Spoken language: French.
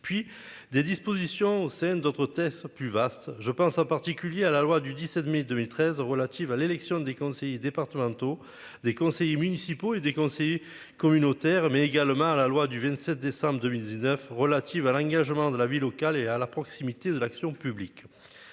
puis des dispositions aux scènes d'autres tests plus vaste. Je pense en particulier à la loi du 17 mai 2013 relative à l'élection des conseillers départementaux des conseillers municipaux et des conseillers communautaires mais également à la loi du 27 décembre 2019 relatives à l'engagement de la vie locale et à la proximité de l'action publique.